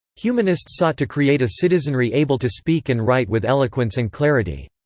humanists sought to create a citizenry able to speak and write with eloquence and clarity.